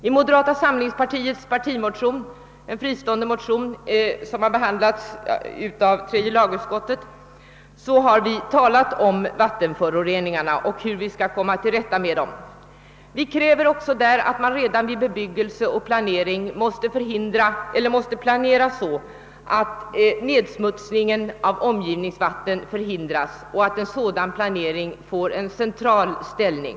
; I moderata samlingspartiets partimotion, en fristående motion, som har behandlats av tredje lagutskottet, talas det om hur man skall komma till rätta med vattenföroreningarna. Vi kräver där att man redan vid bebyggelse och planering skall planera så, att nedsmutsningen av omgivande vatten förhindras och att en sådan planering får en central ställning.